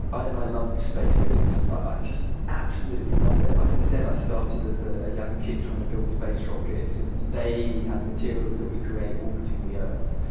i i love the space business. i just absolutely love it. like i said, i started as a young kid trying to build space rockets and today we have materials that we create orbiting the earth.